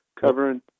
covering